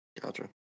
Gotcha